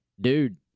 dude